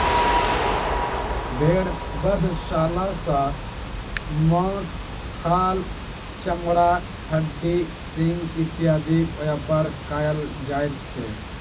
भेंड़ बधशाला सॅ मौस, खाल, चमड़ा, हड्डी, सिंग इत्यादिक व्यापार कयल जाइत छै